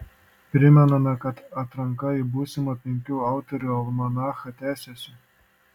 primename kad atranka į būsimą penkių autorių almanachą tęsiasi